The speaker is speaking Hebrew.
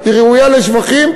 היא ראויה לשבחים,